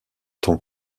tant